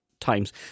times